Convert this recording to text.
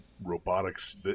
robotics